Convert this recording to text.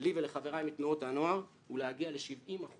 לי ולחבריי מתנועות הנוער הוא להגיע ל70%